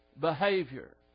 behavior